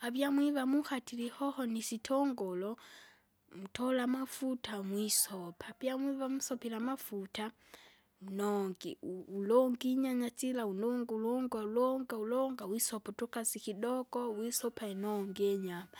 avia mwiva mukatile ihoho nisitunguru. Mtora amafuta mwisopa apia mwiva musopile amafuta, mnongi u- u- ulongi inyanya sila ulunga ulunga ulunga ulunga wisopa utukasi kidoko wisopa inongi inyama.